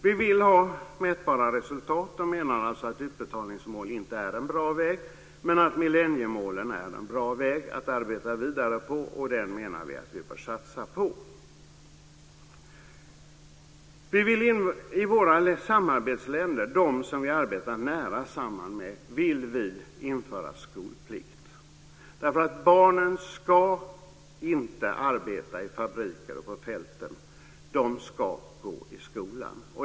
Vi vill ha mätbara resultat och menar alltså att utbetalningsmål inte är en bra väg men att millenniemålen är en bra väg att arbeta vidare på, och dessa menar vi att vi bör satsa på. I våra samarbetsländer, de som vi arbetar nära samman med, vill vi införa skolplikt. Barnen ska inte arbeta i fabriker och på fälten. De ska gå i skolan.